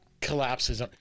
Collapses